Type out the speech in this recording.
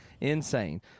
insane